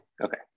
Okay